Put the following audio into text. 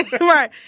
Right